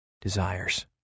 desires